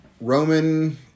Roman